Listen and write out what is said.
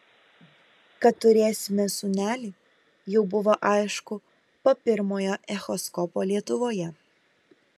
kad turėsime sūnelį jau buvo aišku po pirmojo echoskopo lietuvoje